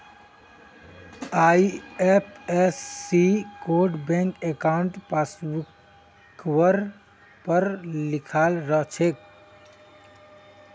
IFSC code bank अंकाउट पासबुकवर पर लिखाल रह छेक